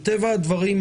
מטבע הדברים,